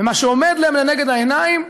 ומה שעומד להם לנגד העיניים